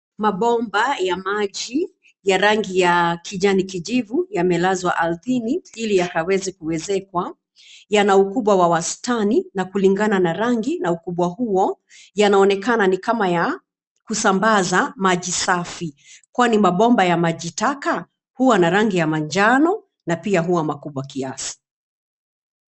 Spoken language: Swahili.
Mabomba ya maji ya rangi ya kijani kijivu yamelazwa ardhini ili yakaweze kuwezekwa yana ukubwa wa wastani na kulingana na rangi na ukubwa huo yanaonekana ni kama ya kusambaza maji safi, kwani mabomba ya maji taka huwa na rangi ya manjano na pia huwa makubwa kiasi.